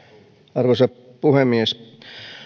arvoisa puhemies